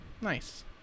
nice